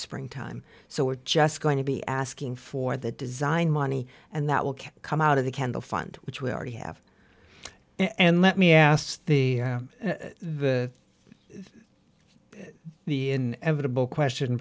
spring time so we're just going to be asking for the design money and that will come out of the kendall fund which we already have and let me ask the b in evitable question